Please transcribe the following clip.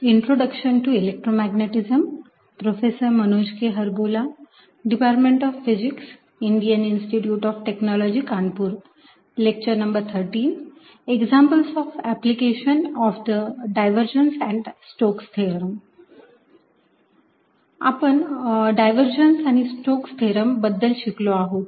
examples of application of the divergence and Stokes theorem आपण divergence आणि Stokes theorem बद्दल शिकलो आहोत